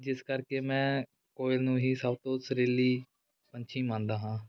ਜਿਸ ਕਰਕੇ ਮੈਂ ਕੋਇਲ ਨੂੰ ਹੀ ਸਭ ਤੋਂ ਸੁਰੀਲੀ ਪੰਛੀ ਮੰਨਦਾ ਹਾਂ